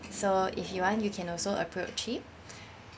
so if you want you can also approach him